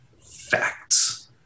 facts